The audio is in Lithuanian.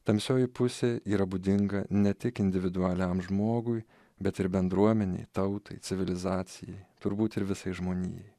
tamsioji pusė yra būdinga ne tik individualiam žmogui bet ir bendruomenei tautai civilizacijai turbūt ir visai žmonijai